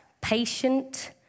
patient